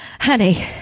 honey